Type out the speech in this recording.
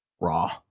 raw